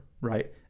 right